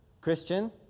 Christian